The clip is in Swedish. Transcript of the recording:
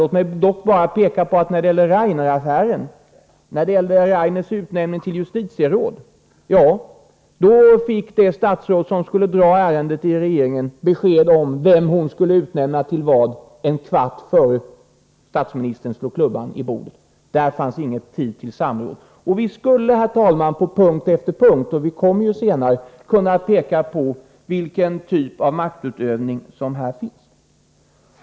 Låt mig dock bara peka på att när det gällde Raineraffären — Rainers utnämning till justitieråd — fick det statsråd som skulle föredra ärendet i regeringen besked om vem hon skulle utnämna en kvart innan statsministern slog klubban i bordet. Där fanns ingen tid till samråd. Vi skulle, herr talman, på punkt efter punkt — och vi återkommer till det senare — kunna peka på vilken typ av maktutövning som här förekommer.